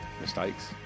Mistakes